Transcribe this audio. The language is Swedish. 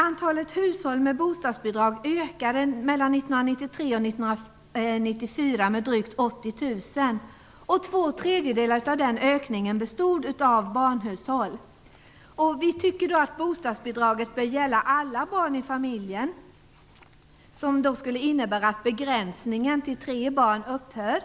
Antalet hushåll med bostadsbidrag ökade mellan 1993 och 1994 med drygt 80 000. Två tredjedelar av den ökningen stod hushåll med barn för. Vi tycker att bostadsbidraget bör gälla alla barn i familjen. Det skulle innebära att begränsningen till tre barn upphör.